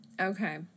Okay